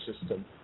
system